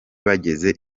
bageze